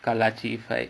கலாச்சி:kalaachi fight